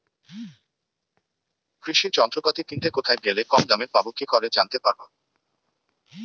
কৃষি যন্ত্রপাতি কিনতে কোথায় গেলে কম দামে পাব কি করে জানতে পারব?